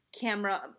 Camera